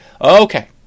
Okay